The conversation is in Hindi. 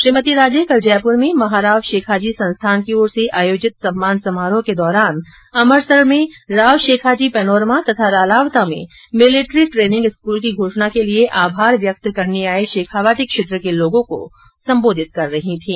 श्रीमती राजे कल जयपुर में महाराव शेखाजी संस्थान की ओर से आयोजित सम्मान समारोह के दौरान अमरसर में राव शेखाजी पैनोरमा तथा रालावता में मिलिट्री ट्रेनिंग स्कूल की घोषणा के लिए आभार व्यक्त करने आए शेखावाटी क्षेत्र के लोगों को सम्बोधित कर रही थीं